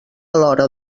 alhora